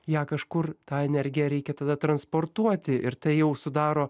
ją kažkur tą energiją reikia tada transportuoti ir tai jau sudaro